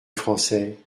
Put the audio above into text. français